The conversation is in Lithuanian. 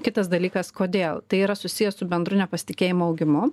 kitas dalykas kodėl tai yra susiję su bendru nepasitikėjimo augimu